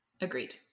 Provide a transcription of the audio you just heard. Agreed